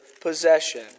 possession